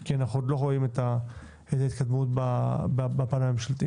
כי אנו עוד לא רואים את ההתקדמות בפן הממשלתי.